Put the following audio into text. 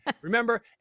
remember